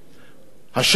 השקל חזק,